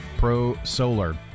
prosolar